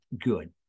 good